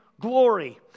glory